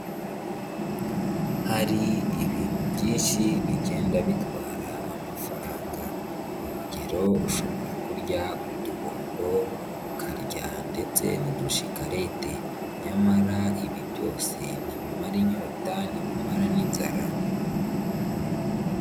Hari ibintu byinshi bigenda bitwara amafaranga. Urugero ushobora kurya utubombo, ukarya ndetse n'udushikarete. Nyamara ibi byose ntibimara inyota, ntibimara n'inzara.